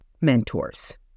mentors